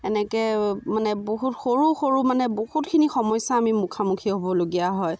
এনেকৈ মানে বহুত সৰু সৰু মানে বহুতখিনি সমস্যাৰ আমি মুখামুখি হ'বলগীয়া হয়